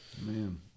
Man